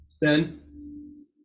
Ben